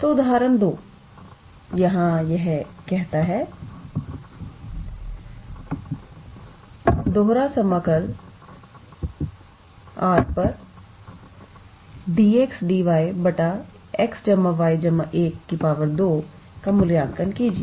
तो उदाहरण 2 यहाँ यह कहता है R 𝑑𝑥𝑑𝑦𝑥𝑦1 2का मूल्यांकन कीजिए